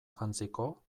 jantziko